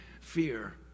fear